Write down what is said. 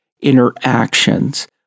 interactions